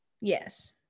Yes